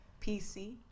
PC